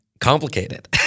Complicated